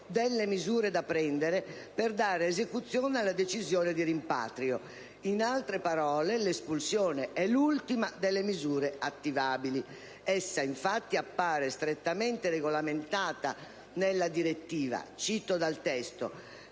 delle misure da prendere per dare esecuzione alla decisione di rimpatrio. In altre parole, l'espulsione è l'ultima delle misure attivabili. Essa, infatti, appare strettamente regolamentata nella direttiva «allo